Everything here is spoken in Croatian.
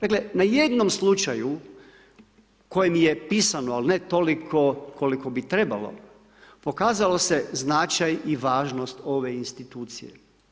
Dakle, na jednom slučaju o kojem je pisano, ali ne toliko koliko bi trebalo, pokazao se značaj i važnost ove institucije.